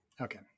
Okay